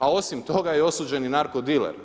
A osim toga je osuđen i narko diler.